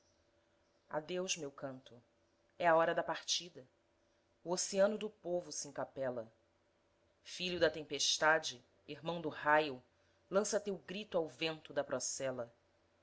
canto adeus meu canto é a hora da partida o oceano do povo s'encapela filho da tempestade irmão do raio lança teu grito ao vento da procela